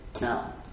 now